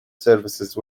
service